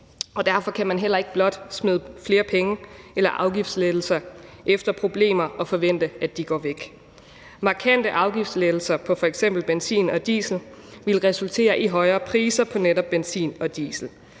derfor kan man heller ikke blot smide flere penge eller afgiftslettelser efter problemer og forvente, at de går væk. Markante afgiftslettelser på f.eks. benzin og diesel ville resultere i højere priser på netop benzin og diesel,